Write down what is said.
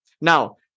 Now